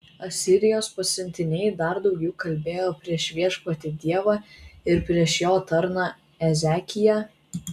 asirijos pasiuntiniai dar daugiau kalbėjo prieš viešpatį dievą ir prieš jo tarną ezekiją